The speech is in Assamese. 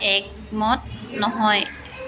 একমত নহয়